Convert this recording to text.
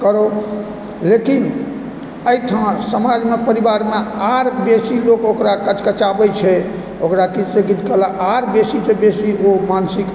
कराउ लेकिन अहिठाम समाजमे परिवारमे आओर बेसी लोग ओकरा कचकचाबै छै ओकरा किछुसँ किछु कहला आओर बेसीसँ बेसी ओ मानसिक